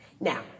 Now